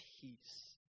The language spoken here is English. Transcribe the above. Peace